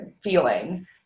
feeling